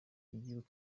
igihugu